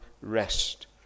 rest